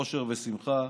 אושר ושמחה.